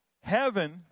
Heaven